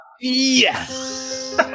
Yes